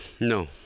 No